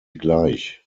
gleich